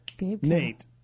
Nate